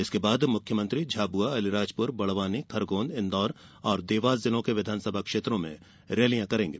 इसके बाद मुख्यमंत्री झाबुआ अलीराजपुर बड़वानी खरगोन इन्दौर और देवास जिलों के विधानसभा क्षेत्रों में रैलियां करेंगे